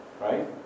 right